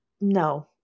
No